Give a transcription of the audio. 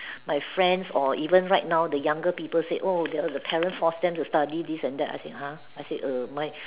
my friends or even right now the younger people said oh their the parents force them to study this and that I said !huh! I said err my